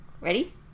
Ready